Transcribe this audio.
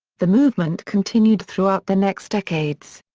the movement continued throughout the next decades.